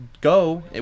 go